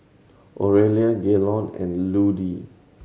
Orelia Gaylon and Ludie